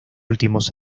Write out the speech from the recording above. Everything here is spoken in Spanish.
últimos